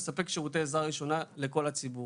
לספק שירותי עזרה ראשונה לכל הציבור.